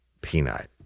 Peanut